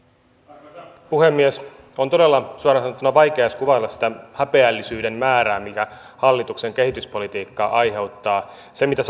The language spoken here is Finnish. arvoisa puhemies on todella suoraan sanottuna vaikea edes kuvailla sitä häpeällisyyden määrää minkä hallituksen kehityspolitiikka aiheuttaa se mitä